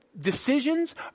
decisions